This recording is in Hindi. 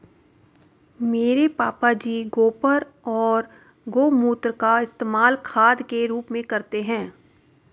मेरे पापा जी गोबर और गोमूत्र का इस्तेमाल खाद के रूप में करते हैं